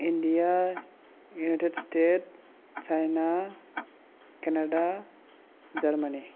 India United State China Canada Germany